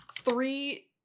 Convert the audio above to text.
three